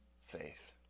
faith